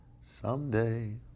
Someday